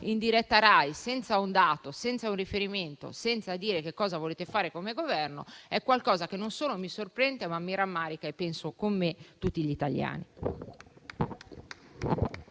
in diretta Rai, senza un dato, senza un riferimento, senza dire cosa volete fare come Governo, è qualcosa che non solo mi sorprende, ma mi rammarica e penso, con me, tutti gli italiani.